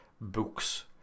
books